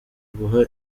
guha